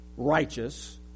righteous